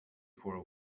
four